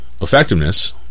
effectiveness